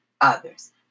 others